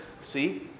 See